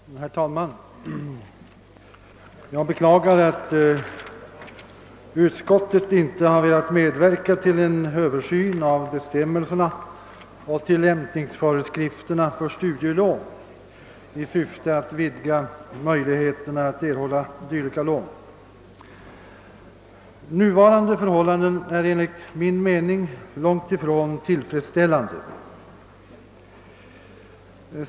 Herr talman! Jag beklagar att utskottet inte har velat medverka till en översyn av bestämmelserna och tillämpningsföreskrifterna för studielån i syfte att vidga möjligheterna att erhålla dylika lån. Nuvarande förhållanden är enligt min mening långt ifrån tillfredsställande.